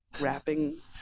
rapping